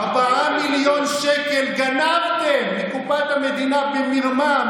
4 מיליון שקל גנבתם מקופת המדינה במרמה.